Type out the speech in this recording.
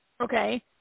okay